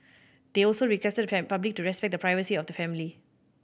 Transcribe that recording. they also requested the public to respect the privacy of the family